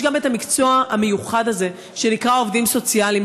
יש גם את המקצוע המיוחד הזה שנקרא "עובדים סוציאליים".